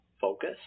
focus